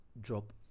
drop